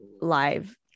live